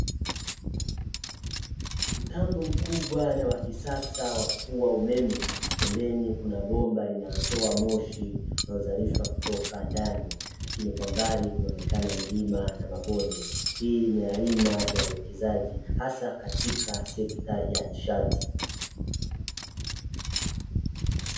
Mtambo mkubwa na wa kisasa wa kufua umeme, pembeni kuna bomba linalotoa moshi unaozalishwa kutoka ndani, lakini kwa mbali kunaonekana milima na mabonde, hii ni aina ya uwekezaji hasa katika sekta ya nishati.